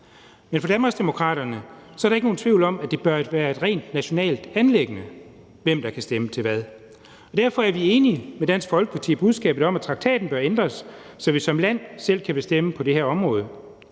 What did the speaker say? Men for Danmarksdemokraterne er der ikke nogen tvivl om, at det bør være et rent nationalt anliggende, hvem der kan stemme til hvad. Derfor er vi enige med Dansk Folkeparti i budskabet om, at traktaten bør ændres, så vi som land selv kan bestemme på det her område.